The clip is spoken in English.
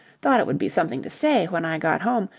thought it would be something to say, when i got home,